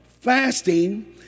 Fasting